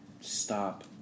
Stop